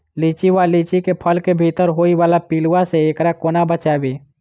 लिच्ची वा लीची केँ फल केँ भीतर होइ वला पिलुआ सऽ एकरा कोना बचाबी?